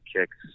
Kicks